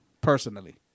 personally